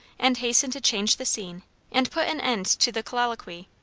and hastened to change the scene and put an end to the colloquy.